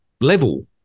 level